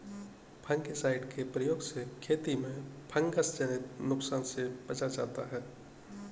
fungicide के प्रयोग से खेती में फँगसजनित नुकसान से बचा जाता है